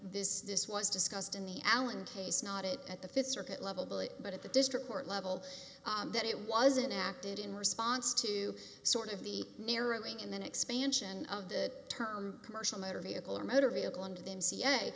this this was discussed in the alan case not it at the fifth circuit level billet but at the district court level that it wasn't acted in response to sort of the narrowing and then expansion of the term commercial motor vehicle or motor vehicle and the